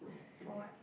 for what